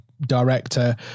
director